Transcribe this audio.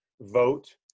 vote